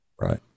right